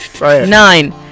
nine